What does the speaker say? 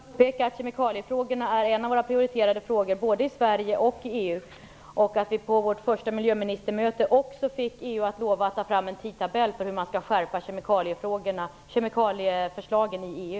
Herr talman! Jag vill bara påpeka att kemikaliefrågan är en av våra prioriterade frågor, både i Sverige och i EU. På vårt första miljöministermöte fick vi EU att lova att ta fram en tidtabell i fråga om hur man skall skärpa kemikalieförslagen i EU.